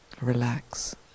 Relax